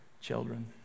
children